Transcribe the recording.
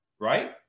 right